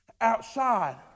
outside